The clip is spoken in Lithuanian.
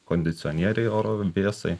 kondicionieriai oro vėsai